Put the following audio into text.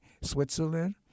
Switzerland